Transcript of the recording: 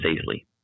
easily